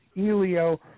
Elio